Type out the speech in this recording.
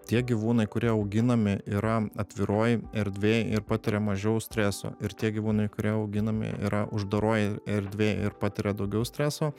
tie gyvūnai kurie auginami yra atviroj erdvėj ir patiria mažiau streso ir tie gyvūnai kurie auginami yra uždaroj erdvėj ir patiria daugiau streso